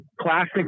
classic